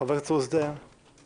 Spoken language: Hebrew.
חבר הכנסת עוזי דיין, בבקשה.